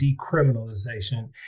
decriminalization